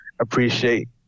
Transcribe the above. appreciate